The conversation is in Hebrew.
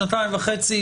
שנתיים וחצי,